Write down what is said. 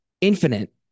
infinite